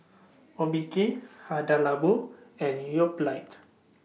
Obike Hada Labo and Yoplait